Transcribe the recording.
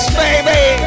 baby